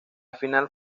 final